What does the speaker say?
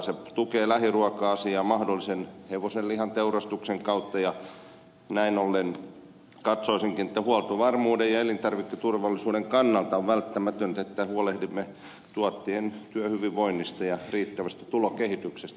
se tukee lähiruoka asiaa mahdollisen hevosenlihan tuotannon kautta ja näin ollen katsoisinkin että huoltovarmuuden ja elintarviketurvallisuuden kannalta on välttämätöntä että huolehdimme tuottajien työhyvinvoinnista ja riittävästä tulokehityksestä